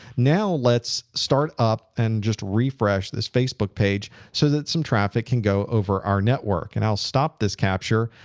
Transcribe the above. now let's start up and just refresh this facebook page so that some traffic can go over our network. and i'll stop this capture.